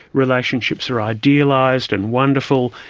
relationships are idealised and wonderful,